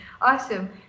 Awesome